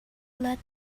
let